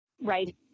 Right